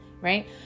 right